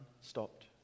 stopped